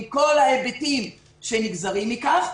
עם כל ההיבטים שנגזרים מכך,